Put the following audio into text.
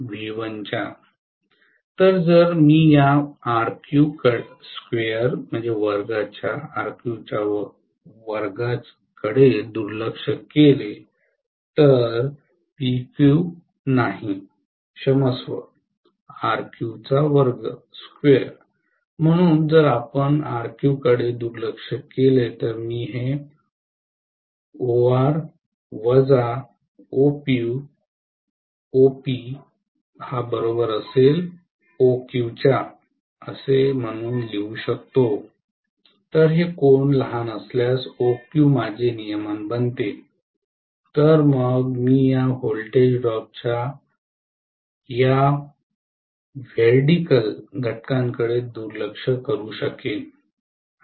तर जर मी या 2 कडे दुर्लक्ष केले तर PQ नाही क्षमस्व 2 म्हणून जर आपण RQ कडे दुर्लक्ष केले तर मी हे OR OPOQ म्हणून लिहू शकतो तर हे कोन लहान असल्यास OQ माझे नियमन बनते तर मग मी या व्होल्टेज ड्रॉपच्या या वेरीडीकल घटकांकडे दुर्लक्ष करू शकेल